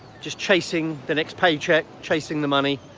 just chasing the next paycheck, chasing the money,